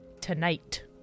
Tonight